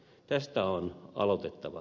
tästä on aloitettava